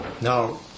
Now